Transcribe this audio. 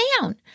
down